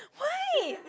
why